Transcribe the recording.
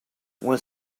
when